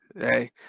hey